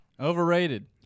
Overrated